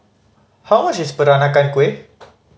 how much is Peranakan Kueh